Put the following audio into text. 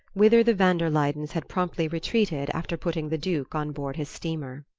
whither the van der luydens had promptly retreated after putting the duke on board his steamer.